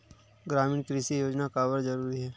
ग्रामीण कृषि योजना काबर जरूरी हे?